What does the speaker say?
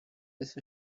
with